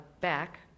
back